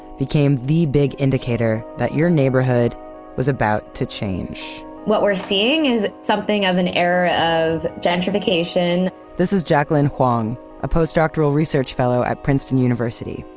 became the big indicator that your neighborhood was about to change what we're seeing is something of an era of gentrification this is jackelyn hwang, a postdoctoral research fellow at princeton university.